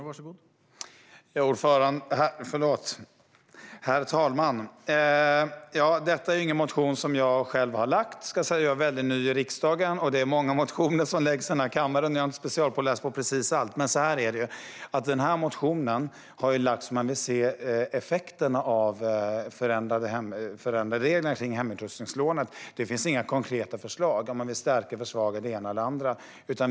Herr talman! Detta är ingen motion som jag själv har väckt. Jag är ny i riksdagen, många motioner väcks i kammaren och jag är inte specialpåläst på precis allt. Så här är det. Motionen har väckts därför att vi har sett effekterna av de förändrade reglerna för hemutrustningslånet. Det finns inga konkreta förslag om att stärka eller försvaga det ena eller det andra.